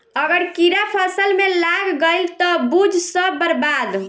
अगर कीड़ा फसल में लाग गईल त बुझ सब बर्बाद